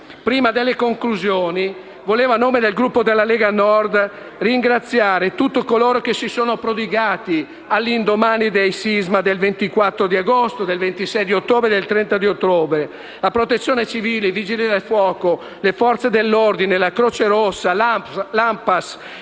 Prima delle conclusioni, desidero, a nome del Gruppo della Lega Nord, ringraziare tutti coloro che si sono prodigati all'indomani del sisma: di quello del 24 agosto, del 26 ottobre e del 30 ottobre. La Protezione civile, i Vigili del fuoco, le Forze dell'ordine, la Croce rossa, l'ANPAS